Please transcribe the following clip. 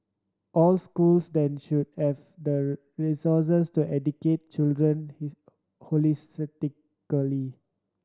all schools then should have the resources to educate children holistically